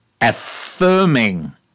affirming